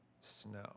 snow